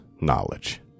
knowledge